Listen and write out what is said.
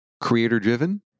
Creator-driven